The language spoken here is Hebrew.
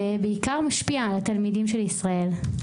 ובעיקר משפיע על התלמידים של ישראל.